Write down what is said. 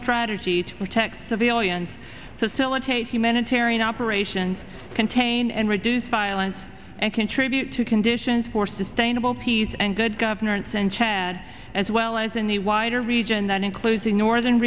strategy to protect civilians facilitate humanitarian operations contain and reduce violence and contribute to conditions for sustainable peace and good governance and chan as well as in the wider region that includes the northern